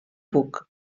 buc